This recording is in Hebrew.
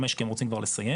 חמש כי הם רוצים כבר לסיים.